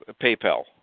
PayPal